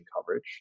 coverage